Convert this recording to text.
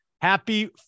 Happy